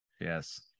Yes